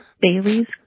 Bailey's